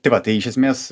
tai vat tai iš esmės